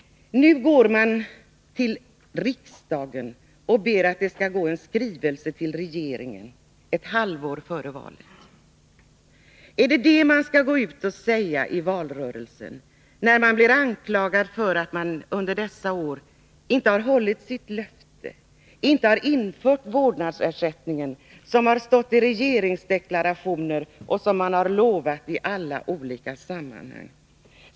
Nu går man till riksdagen och ber att det skall gå en skrivelse till regeringen ett halvår före valet. Är det detta man skall gå ut och säga i valrörelsen, när man blir anklagad för att man under dessa år inte har hållit sitt löfte och inte infört vårdnadsersättningen, som har funnits med i regeringsdeklarationer och som man lovat i alla olika sammanhang.